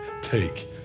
Take